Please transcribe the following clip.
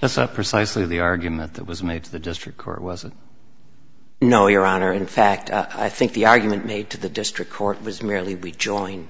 and so precisely the argument that was made to the district court wasn't no your honor in fact i think the argument made to the district court was merely we join